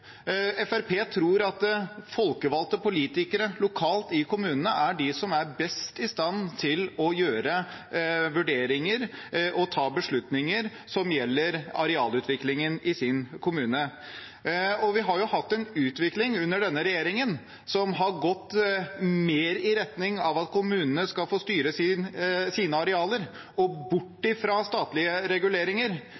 tror at folkevalgte politikere lokalt i kommunene er de som er best i stand til å gjøre vurderinger og ta beslutninger som gjelder arealutviklingen i egen kommune. Vi har hatt en utvikling under denne regjeringen som har gått mer i retning av at kommunene selv skal få styre sine arealer, og bort